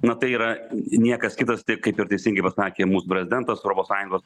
na tai yra niekas kitas tai kaip ir teisingai pasakė mūsų prezidentas europos sąjungos